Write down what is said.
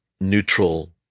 neutral